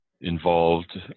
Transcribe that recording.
involved